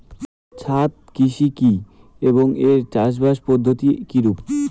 ছাদ কৃষি কী এবং এর চাষাবাদ পদ্ধতি কিরূপ?